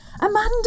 Amanda